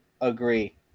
agree